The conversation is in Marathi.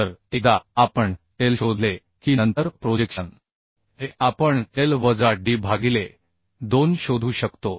तर एकदा आपण L शोधले की नंतर प्रोजेक्शन A आपण L वजा d भागिले 2 शोधू शकतो